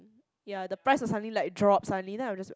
ya the price will suddenly like drop suddenly then I'm just